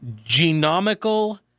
Genomical